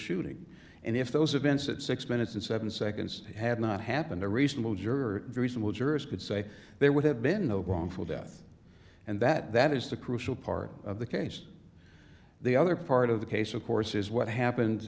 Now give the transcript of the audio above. shooting and if those events at six minutes and seven seconds had not happened a reasonable juror reasonable jurors could say there would have been no wrongful death and that is the crucial part of the case the other part of the case of course is what happened